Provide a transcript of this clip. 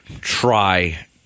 try